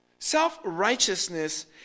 Self-righteousness